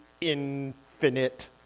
infinite